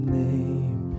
name